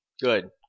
Good